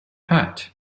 hat